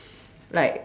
like